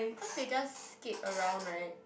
cause they just skate around right